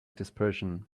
dispersion